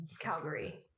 Calgary